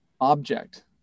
object